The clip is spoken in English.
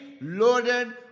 loaded